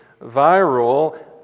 viral